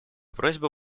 просьба